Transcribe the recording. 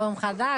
שלום חדש?